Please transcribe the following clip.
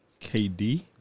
KD